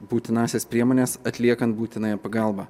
būtinąsias priemones atliekant būtinąją pagalbą